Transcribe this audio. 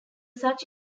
such